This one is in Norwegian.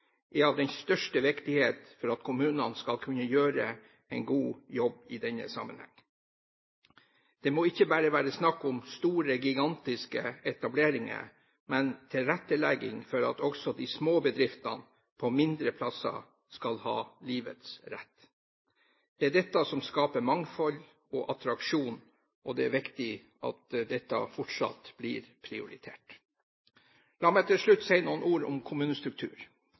er av den største viktighet for at kommunene skal kunne gjøre en god jobb i denne sammenheng. Det må ikke bare være snakk om store, gigantiske etableringer, men tilrettelegging for at også de små bedriftene på mindre steder skal ha livets rett. Det er dette som skaper mangfold og attraksjon, og det er viktig at dette fortsatt blir prioritert. La meg til slutt si noen ord om kommunestruktur.